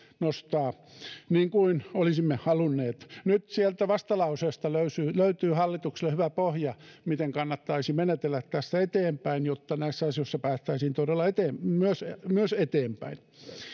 nostaa niin kuin olisimme halunneet nyt sieltä vastalauseesta löytyy löytyy hallitukselle hyvä pohja miten kannattaisi menetellä tästä eteenpäin jotta näissä asioissa todella myös päästäisiin eteenpäin